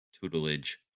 tutelage